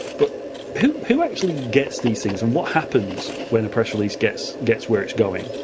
but who who actually gets these things, and what happens when a press release gets gets where it's going?